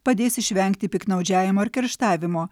padės išvengti piktnaudžiavimo ar kerštavimo